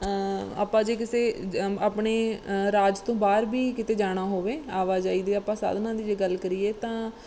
ਆਪਾਂ ਜੇ ਕਿਸੇ ਜ ਆਪਣੇ ਰਾਜ ਤੋਂ ਬਾਹਰ ਵੀ ਕਿਤੇ ਜਾਣਾ ਹੋਵੇ ਆਵਾਜਾਈ ਦੇ ਆਪਾਂ ਸਾਧਨਾਂ ਦੀ ਜੇ ਗੱਲ ਕਰੀਏ ਤਾਂ